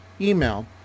email